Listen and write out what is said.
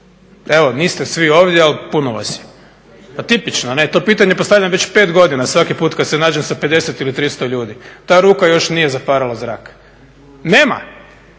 Evo, niste svi ovdje, ali puno vas je. Pa tipično, to pitanje postavljam već 5 godina, svaki put kad se nađem sa 50 ili 300 ljudi. Ta ruka još nije zaparala zrak. Nema.